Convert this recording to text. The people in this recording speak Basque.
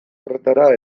horretara